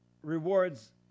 rewards